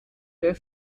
der